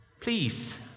please